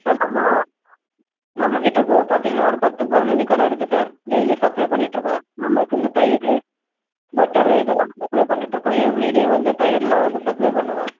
sir நம்மளால் நம்மக்கிட்டடே இப்போது பார்த்தீங்கன்னா ஒரு பத்து பதினைஞ்சு கடை இருக்குது சார் டெய்லி சப்ளை பண்ணிட்டுருக்கோம் நம்மளுக்கு இந்த தயிர் பட்டரு இதெல்லாமே சப்ளை பண்ணிகிட்டு இருக்கோம் எவ்ரிடே வந்து தயிரெல்லாம் வந்து சப்ளை பண்ணுவோம்